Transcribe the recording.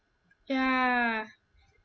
ya